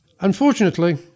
Unfortunately